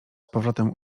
powrotem